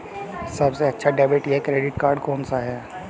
सबसे अच्छा डेबिट या क्रेडिट कार्ड कौन सा है?